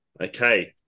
Okay